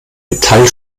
metall